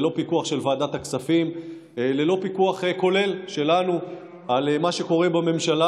ללא פיקוח של ועדת הכספים וללא פיקוח כולל שלנו על מה שקורה בממשלה,